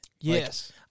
Yes